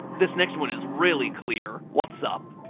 this next one is really clear. what's up?